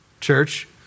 Church